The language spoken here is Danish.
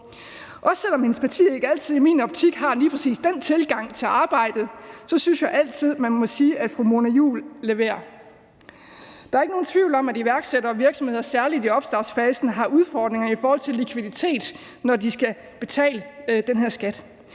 Også selv om hendes parti ikke altid i min optik har lige præcis den tilgang til arbejdet, synes jeg, man må sige, at fru Mona Juul altid leverer. Der er ikke nogen tvivl om, at iværksættere og virksomheder, særlig i opstartsfasen, har udfordringer i forhold til likviditet, når de skal betale den her skat.